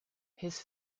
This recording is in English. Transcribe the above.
his